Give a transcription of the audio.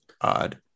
odd